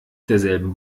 derselben